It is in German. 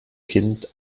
kind